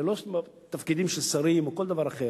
ללא שום תפקידים של שרים או כל דבר אחר,